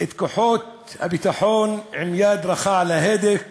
את כוחות הביטחון עם יד קלה על ההדק